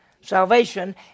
Salvation